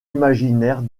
imaginaire